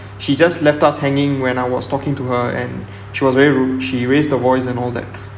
she just left us hanging when I was talking to her and she was very rude she raised her voice and all that